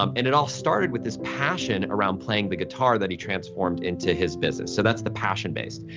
um and it all started with this passion around playing the guitar that he transformed into his business. so, that's the passion-based.